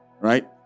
Right